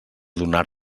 donar